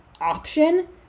option